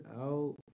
out